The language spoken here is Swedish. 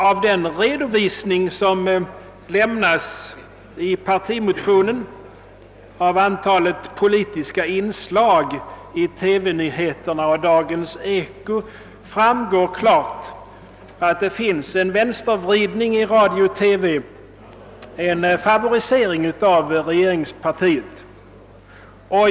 Av den redovisning som lämnas i partimotionen av antalet politiska inslag i TV-nyheterna och Dagens eko framgår klart att det finns en vänstervridning i radio och TV, en favorisering av regeringspartiet.